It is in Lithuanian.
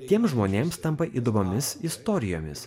tiems žmonėms tampa įdomiomis istorijomis